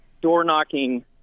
door-knocking